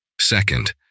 Second